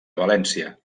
valència